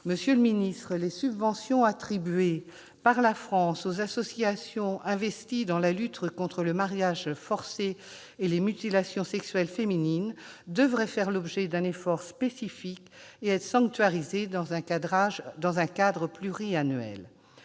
Monsieur le secrétaire d'État, les subventions attribuées par la France aux associations investies dans la lutte contre le mariage forcé et les mutilations sexuelles féminines devraient faire l'objet d'un effort spécifique et être sanctuarisées dans un cadre pluriannuel.